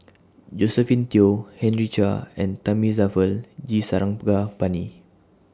Josephine Teo Henry Chia and Thamizhavel G Sarangapani